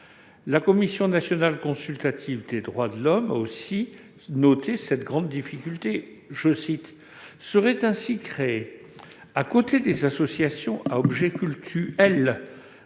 La Commission nationale consultative des droits de l'homme a aussi noté cette grande difficulté :« Serait ainsi créée, à côté des associations à objet cultuel